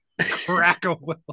Crack-A-Will